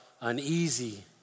uneasy